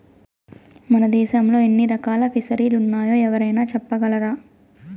మన దేశంలో ఎన్ని రకాల ఫిసరీలున్నాయో ఎవరైనా చెప్పగలరా